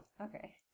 Okay